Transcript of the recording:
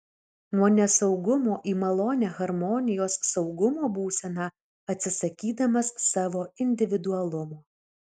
nuo nesaugumo į malonią harmonijos saugumo būseną atsisakydamas savo individualumo